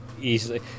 easily